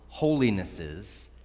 holinesses